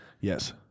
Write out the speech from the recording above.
Yes